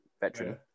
veteran